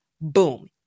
Boom